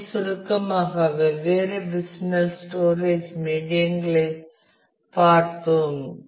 எனவே சுருக்கமாக வெவ்வேறு பிசிக்கல் ஸ்டோரேஜ் மீடியங்களைப் பார்த்தோம்